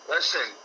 Listen